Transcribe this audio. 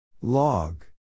Log